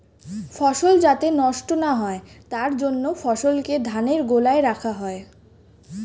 ফসল যাতে নষ্ট না হয় তার জন্য ফসলকে ধানের গোলায় রাখা হয়